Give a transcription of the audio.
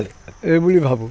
এইবুলি ভাবোঁ